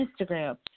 Instagram